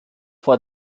vor